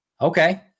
okay